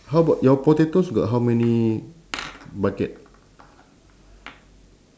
how about your potatoes got how many bucket